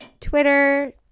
Twitter